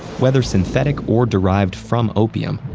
whether synthetic or derived from opium,